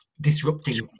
disrupting